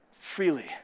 freely